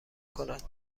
کند